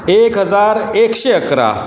एक हजार एकशे अकरा